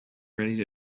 ready